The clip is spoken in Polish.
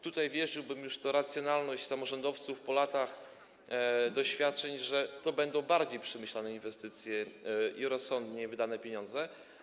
Tutaj wierzyłbym już w racjonalność samorządowców po latach doświadczeń, w to, że to będą bardziej przemyślane inwestycje i rozsądniej wydane pieniądze.